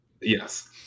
Yes